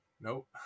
Nope